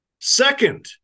Second